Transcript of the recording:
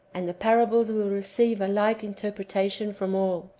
and the parables will receive a like interpretation from all,